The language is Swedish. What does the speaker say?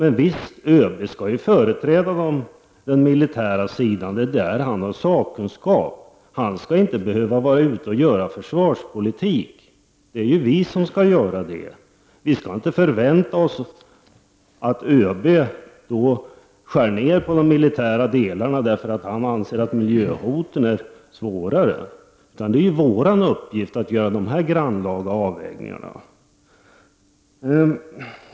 ÖB skall givetvis företräda den militära sidan, det är ju där han har sin sakkunskap. Han skall inte behöva fara ut och bedriva försvarspolitik, det är ju vi som skall göra det. Vi skall inte förvänta oss att ÖB då skär ned på de militära delarna på grund av att han anser att miljöhoten är svårare. Det är vår uppgift att göra dessa grannlaga avvägningar.